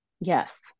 yes